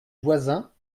voisin